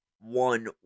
one